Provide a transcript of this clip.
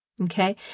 Okay